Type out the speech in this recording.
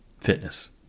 fitness